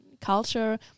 culture